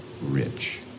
rich